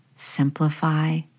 simplify